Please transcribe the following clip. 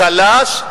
חלש,